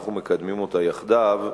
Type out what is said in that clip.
שאנחנו מקדמים אותה יחדיו,